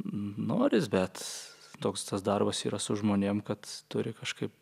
noris bet toks tas darbas yra su žmonėm kad turi kažkaip